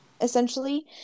essentially